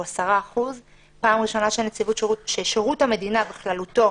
10%. הפעם הראשונה ששירות המדינה בכללותו